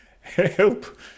Help